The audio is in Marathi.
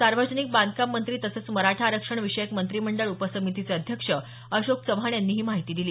सार्वजनिक बांधकाम मंत्री तसंच मराठा आरक्षण विषयक मंत्रिमंडळ उपसमितीचे अध्यक्ष अशोक चव्हाण यांनी ही माहिती दिली